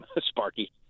Sparky